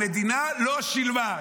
המדינה לא שילמה.